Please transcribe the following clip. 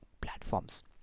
platforms